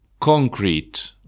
concrete